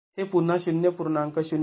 तर हे पुन्हा ०